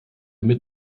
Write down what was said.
mit